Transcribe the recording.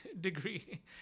degree